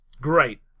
Great